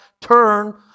turn